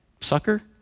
sucker